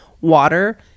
water